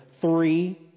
three